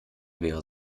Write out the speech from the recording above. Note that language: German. wäre